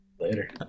Later